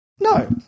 No